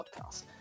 podcast